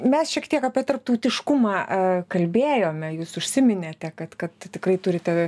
mes šiek tiek apie tarptautiškumą kalbėjome jūs užsiminėte kad kad tikrai turite